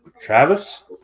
Travis